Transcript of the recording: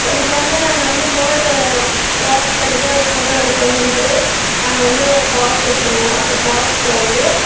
ஒருக்க வந்து நாங்கள் வந்து பேர்டை வாட்ச் பண்ணிவிட்டு அதை ஃபோட்டோ எடுப்போன்னு சொல்லிட்டு நாங்கள் வந்து ஒரு ஃபாரஸ்ட்டுக்கு போனோம் அந்த ஃபாரஸ்ட்டில் வந்து